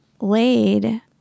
laid